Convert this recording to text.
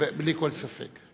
בלי כל ספק.